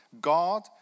God